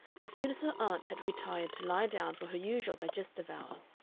as soon as her aunt had retired to lie down for her usual digestive hour,